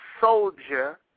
soldier